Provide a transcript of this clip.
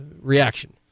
reaction